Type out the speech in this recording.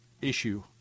issue